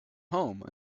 home